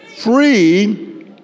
Free